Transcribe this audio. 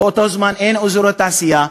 באותו זמן אין אזורי תעשייה,